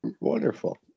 wonderful